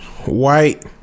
white